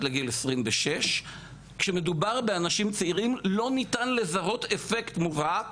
לגיל 26 - שכמדובר באנשים צעירים לא ניתן לזהות אפקט מובהק